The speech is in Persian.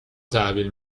تحویل